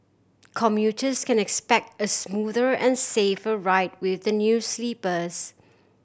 commuters can expect a smoother and safer ride with the new sleepers